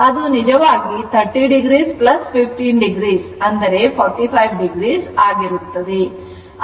ಅದು ನಿಜವಾಗಿ 30 15 ಆಗಿದ್ದು ಅಂದರೆ 45 oಆಗಿರುತ್ತದೆ